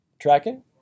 Tracking